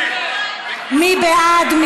מי בעד?